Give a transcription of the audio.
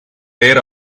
bare